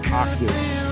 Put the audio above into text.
octaves